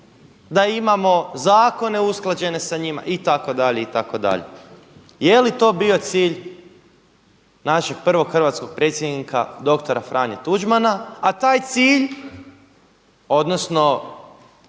da imamo zakone usklađene sa njima itd., itd. Je li to bio cilj našeg prvog hrvatskog predsjednika doktora Franje Tuđmana? A taj cilj, odnosno